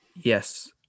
Yes